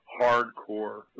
hardcore